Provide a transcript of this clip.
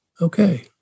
okay